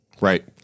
Right